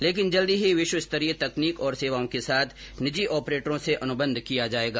लेकिन जल्द ही विश्वस्तरीय तकनीक और सेवाओं के साथ निजी ऑपरेटरों से अनुबंध किया जायेगा